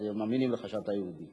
אז מאמינים לך שאתה יהודי.